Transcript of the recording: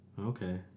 Okay